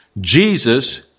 Jesus